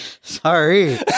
Sorry